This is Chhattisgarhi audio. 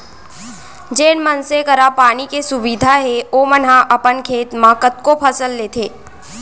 जेन मनसे करा पानी के सुबिधा हे ओमन ह अपन खेत म कतको फसल लेथें